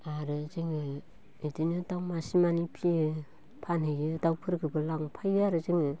आरो जोङो इदिनो दाउ मासे मानै फियो फानहैयो दाउफोरखोबो लांफायो आरो जोङो